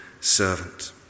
servant